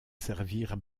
servirent